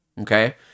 okay